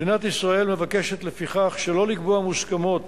מדינת ישראל מבקשת, לפיכך, שלא לקבוע מוסכמות